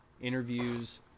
interviews